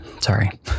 Sorry